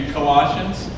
Colossians